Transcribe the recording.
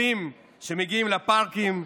כלים שמגיעים לפארקים,